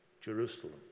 Jerusalem